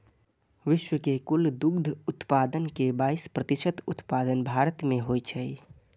विश्व के कुल दुग्ध उत्पादन के बाइस प्रतिशत उत्पादन भारत मे होइ छै